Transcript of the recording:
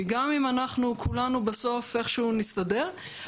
כי גם אם אנחנו כולנו בסוף איכשהו נסתדר,